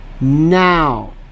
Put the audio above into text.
now